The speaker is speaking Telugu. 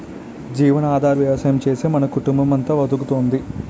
జీవనాధార వ్యవసాయం చేసే మన కుటుంబమంతా బతుకుతోంది